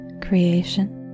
creation